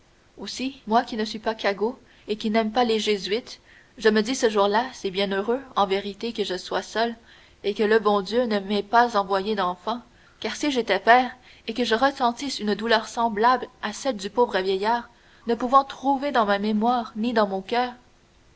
aussi moi qui ne suis pas cagot et qui n'aime pas les jésuites je me dis ce jour-là c'est bien heureux en vérité que je sois seul et que le bon dieu ne m'ait pas envoyé d'enfants car si j'étais père et que je ressentisse une douleur semblable à celle du pauvre vieillard ne pouvant trouver dans ma mémoire ni dans mon coeur